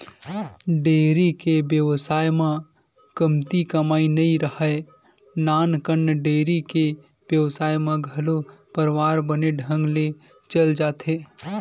dairy के बेवसाय म कमती कमई नइ राहय, नानकन डेयरी के बेवसाय म घलो परवार बने ढंग ले चल जाथे